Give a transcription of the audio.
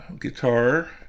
guitar